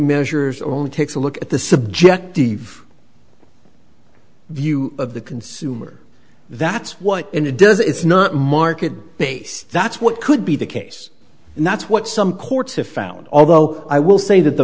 measures only takes a look at the subjective view of the consumer that's what in a does it's not market base that's what could be the case and that's what some courts have found although i will say that the